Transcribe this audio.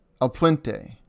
Alpuente